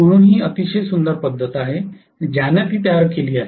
म्हणून ही अतिशय सुंदर पद्धत आहे ज्याने ती तयार केली आहे